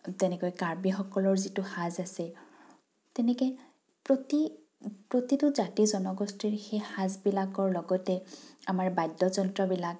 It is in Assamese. তেনেকৈ কাৰ্বিসকলৰ যিটো সাজ আছে তেনেকৈ প্ৰতি প্ৰতিটো জাতি জনগোষ্ঠীৰ সেই সাজবিলাকৰ লগতে আমাৰ বাদ্যযন্ত্ৰবিলাক